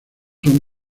son